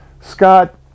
Scott